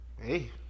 Hey